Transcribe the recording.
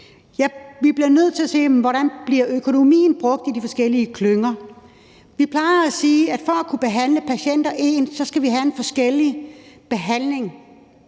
Vi bliver nødt til at se på, hvordan økonomien bliver brugt i de forskellige klynger. Vi plejer at sige, at for at kunne behandle patienter ens skal vi have en forskellig behandling,